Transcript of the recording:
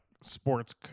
sports